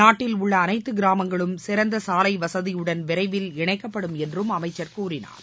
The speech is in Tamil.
நாட்டில் உள்ள அனைத்து கிராமங்களும் சிறந்த சாலை வசதியுடன் விரைவில் இணைக்கப்படும் என்று அமைச்சர் கூறினார்